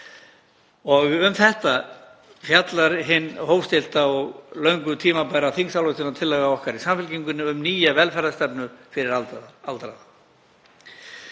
Um þetta fjallar hin hófstillta og löngu tímabæra þingsályktunartillaga okkar í Samfylkingunni um nýja velferðarstefnu fyrir aldraða.